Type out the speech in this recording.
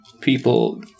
people